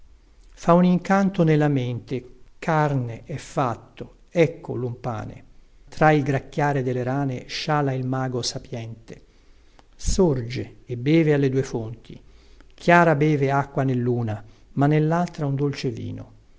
fa un incanto nella mente carne è fatto ecco lun pane tra il gracchiare delle rane sciala il mago sapïente sorge e beve alle due fonti chiara beve acqua nelluna ma nellaltra un dolce vino